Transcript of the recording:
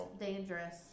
dangerous